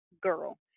girl